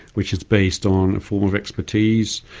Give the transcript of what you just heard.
which is based on a form of expertise,